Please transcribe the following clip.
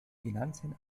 finanzen